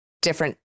different